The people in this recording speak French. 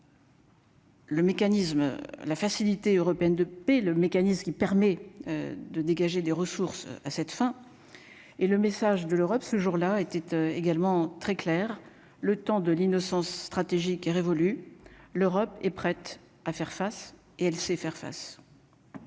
Le mécanisme la Facilité européenne de paix le mécanisme qui permet de dégager des ressources à cette fin et le message de l'Europe, ce jour-là était également très clair Le Temps de l'innocence stratégique est révolue, l'Europe est prête à faire face et elle sait faire face.